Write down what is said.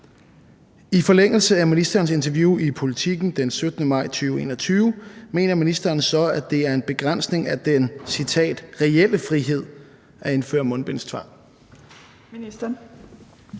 I forlængelse af ministerens interview i Politiken den 17. maj 2021 mener ministeren så, at det er en begrænsning af den »reelle frihed« at indføre mundbindstvang?